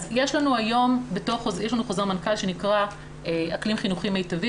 יש לנו חוזר מנכ"ל שנקרא אקלים חינוכי מיטבי